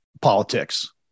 politics